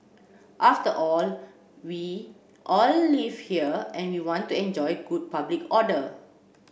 after all we all live here and we want to enjoy good public order